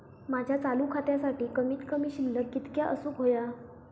माझ्या चालू खात्यासाठी कमित कमी शिल्लक कितक्या असूक होया?